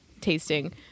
tasting